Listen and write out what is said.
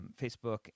facebook